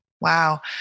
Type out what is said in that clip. Wow